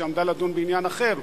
שעמדה לדון בעניין אחר,